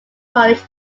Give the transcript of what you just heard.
college